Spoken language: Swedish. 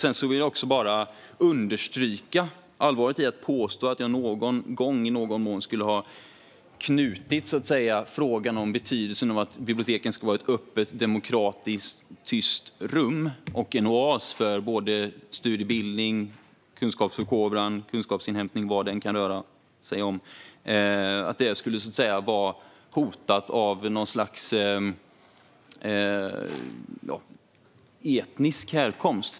Jag vill understryka allvaret i att påstå att jag någon gång och i någon mån skulle ha knutit frågan om betydelsen av att biblioteken ska vara ett öppet, demokratiskt och tyst rum och en oas för både studier, bildning, kunskapsförkovran, kunskapsinhämtning och vad det än kan röra sig om till en fråga om etnisk härkomst och att detta skulle vara hotat av den frågan.